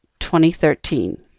2013